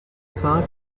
cinq